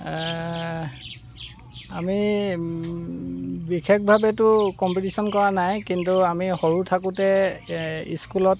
আমি বিশেষভাৱেতো কম্পিটিশ্যন কৰা নাই কিন্তু আমি সৰু থাকোঁতে স্কুলত